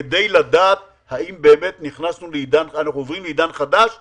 כדי לדעת האם באמת אנחנו עוברים לעידן חדש או,